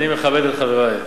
אני מכבד את חברי.